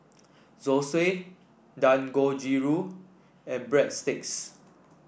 Zosui Dangojiru and Breadsticks